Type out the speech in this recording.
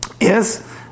Yes